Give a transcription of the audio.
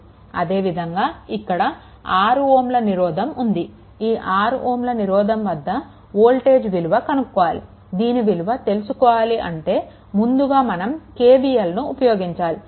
అదేవిధంగా ఇక్కడ 6 Ω నిరోధం ఉంది ఈ 6 Ω నిరోధం వద్ద వోల్టేజ్ విలువ కనుక్కోవాలి దీని విలువ తెలుసుకొవాలి అంటే ముందుగా మనం KVLను ఉపగించాలి